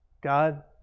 God